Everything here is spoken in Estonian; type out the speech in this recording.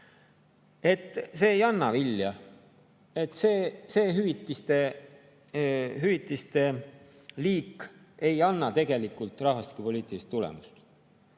"See ei anna vilja, see hüvitiste liik ei anna tegelikult rahvastikupoliitilist tulemust."